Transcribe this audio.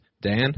Dan